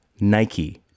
Nike